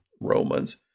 Romans